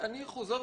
מסכים אתך.